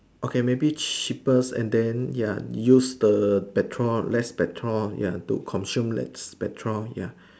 okay maybe cheaper and than use the petrol less petrol ya to consume less petrol